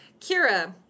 kira